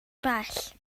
bell